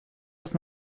das